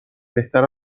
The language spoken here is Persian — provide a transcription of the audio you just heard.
بهتر